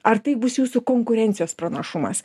ar tai bus jūsų konkurencijos pranašumas